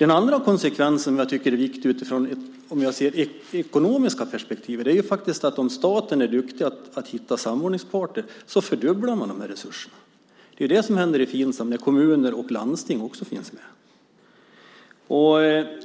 En annan konsekvens, som är viktig utifrån det ekonomiska perspektivet, är att om staten är duktig på att hitta samordningspartner så fördubblas resurserna. Det är detta som sker i Finsam när kommuner och landsting också finns med.